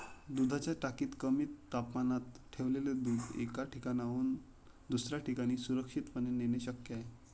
दुधाच्या टाकीत कमी तापमानात ठेवलेले दूध एका ठिकाणाहून दुसऱ्या ठिकाणी सुरक्षितपणे नेणे शक्य आहे